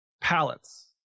pallets